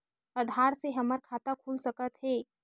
आधार से हमर खाता खुल सकत हे?